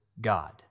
God